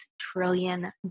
trillion